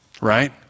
right